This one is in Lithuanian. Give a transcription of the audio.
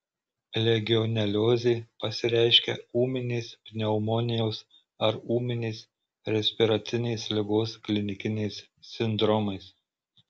legioneliozė pasireiškia ūminės pneumonijos ar ūminės respiracinės ligos klinikiniais sindromais